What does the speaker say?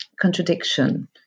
contradiction